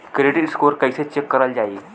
Credit score कइसे check करल जायी?